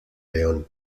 león